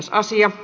asia